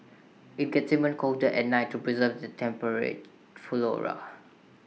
IT gets even colder at night to preserve the temperate flora